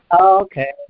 okay